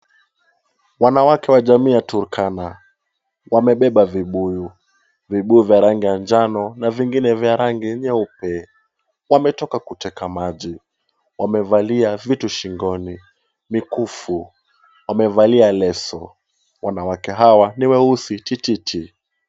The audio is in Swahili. Wanawake wa jamii ya Turkana, wamebeba vibuyu. Vibuyu vya rangi ya njano na vingine vya rangi nyeupe. Wametoka kuteka maji. Wamevalia vitu shingoni. Mikufu, wamevalia leso. Wanawake hawa ni weusi tititi.